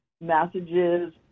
messages